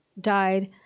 died